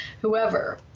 whoever